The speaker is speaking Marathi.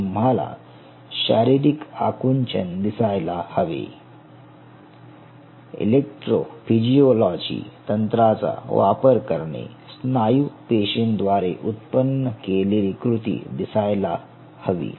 तुम्हाला शारीरिक आकुंचन दिसायला हवे इलेक्ट्रोफिजियोलॉजी तंत्राचा वापर करणे स्नायू पेशींद्वारे उत्पन्न केलेली कृती दिसायला हवी